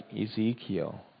Ezekiel